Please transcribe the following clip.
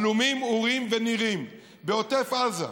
עלומים, אורים ונירים, בעוטף עזה,